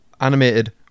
animated